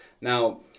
Now